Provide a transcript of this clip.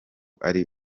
ari